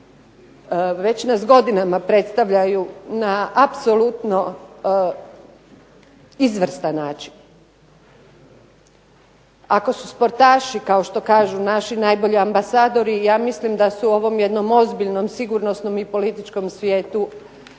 Već nas godinama predstavljaju na apsolutno izvrstan način. Ako su sportaši kao što kažu naši najbolji ambasadori, ja mislim da su ovom jednom ozbiljnom sigurnosnom i političkom svijetu